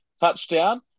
touchdown